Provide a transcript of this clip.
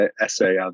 essay